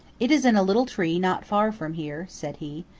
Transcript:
it is in a little tree not far from here, said he,